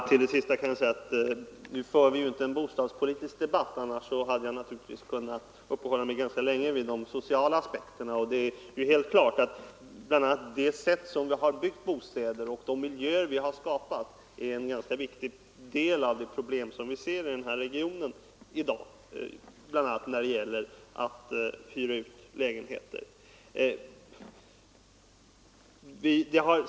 Fru talman! Nu för vi ju inte en bostadspolitisk debatt — annars hade jag naturligtvis kunnat uppehålla mig ganska länge vid de sociala aspekterna. Men det är helt klart att det sätt på vilket vi har byggt bostäder och de miljöer vi har skapat är en viktig del av de problem vi i dag möter i den här regionen, bl.a. när det gäller att hyra ut lägenheter.